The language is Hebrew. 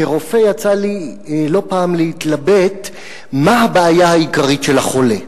כרופא יצא לי לא פעם להתלבט מה הבעיה העיקרית של החולה,